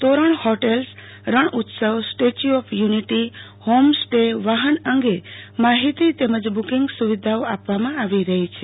તોરણ hotels રણઉત્સવ Statue of unity home stay વાહન અંગે માહિતી તેમજ બુકિંગ સુવિધાઓ આપવામાં આવી રહી છે